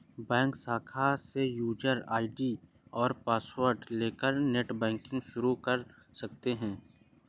bank शाखा से user ID और पॉसवर्ड लेकर नेटबैंकिंग शुरू कर सकते है